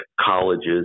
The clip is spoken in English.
colleges